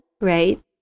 right